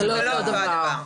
זה לא אותו הדבר.